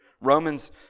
Romans